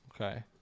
Okay